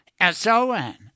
S-O-N